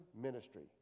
ministry